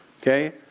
Okay